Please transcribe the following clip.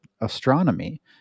astronomy